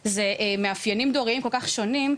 זה מאפיינים דוריים כל כך שונים,